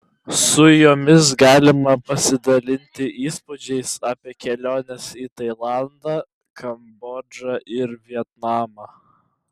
su jomis galima pasidalinti įspūdžiais apie keliones į tailandą kambodžą ir vietnamą